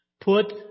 Put